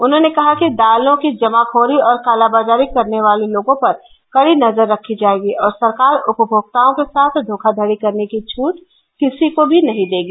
उन्होंने कहा कि दालों की जमाखोरी और कालाबाजारी करने वाले लोगों पर कड़ी नजर रखी जाएगी और सरकार उपभोक्ताओं के साथ धोखाधड़ी करने की छूट किसी को भी नहीं देगी